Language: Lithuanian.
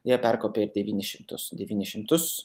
jie perkopė devynis šimtus devynis šimtus